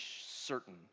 certain